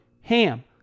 HAM